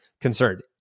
Concerned